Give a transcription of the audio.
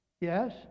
Yes